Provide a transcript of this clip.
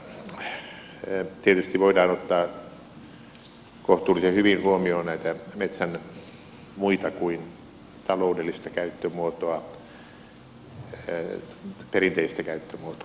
tässä tilanteessa tietysti voidaan ottaa kohtuullisen hyvin huomioon näitä metsän muita kuin taloudellista käyttömuotoa perinteistä käyttömuotoa tarkoitan tietysti